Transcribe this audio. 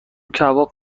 کباب